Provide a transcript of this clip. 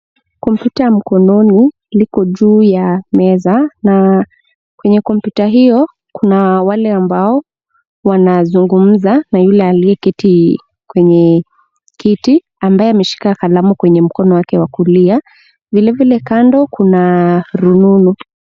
Komputa ya mkononi liko juu ya meza na kwenye komputa hiyo kuna wale ambao wanazungumza na yule aliyeketi kwenye kiti ambaye ameshika kalamu kwenye mkono wake wa kulia, vile vile kando kuna rununu.